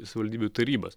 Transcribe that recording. savivaldybių tarybas